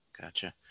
Gotcha